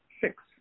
six